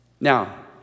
Now